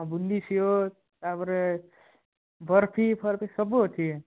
ହଁ ବୁନ୍ଦି ସେଓ ତା'ପରେ ବରଫି ଫରଫି ସବୁ ଅଛି